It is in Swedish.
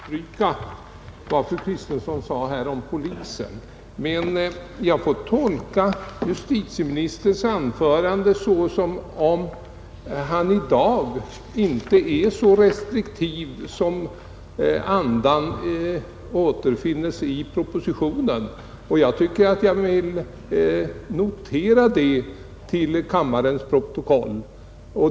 Herr talman! Jag vill understryka vad fru Kristensson sade om polisen. Men jag får också tolka justitieministerns anförande som om han i dag inte är så restriktiv som framgår av andan i propositionen. Jag vill notera det till kammarens protokoll.